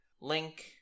link